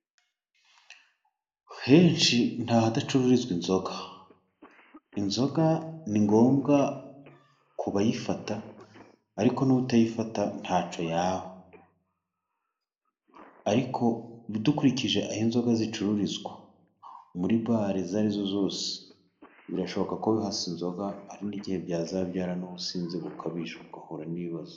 Henshi nta hadacururizwa inzoga. Inzoga ni ngombwa ku bayifata ariko nutayifata ntacyo yaba. Ariko dukurikije aho inzoga zicururizwa muri bare izo ari zose, birashoboka ko wihase inzoga hari n'igihe byazabyara n'ubusinzi bukabije, ugahura n'ibibazo.